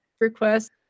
request